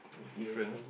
different ah